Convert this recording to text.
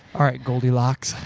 alright goldilocks.